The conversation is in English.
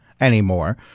anymore